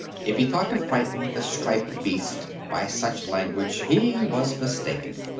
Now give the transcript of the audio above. if he thought to frighten the striped beast by such language he was mistaken.